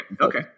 okay